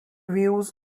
views